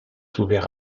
ouvert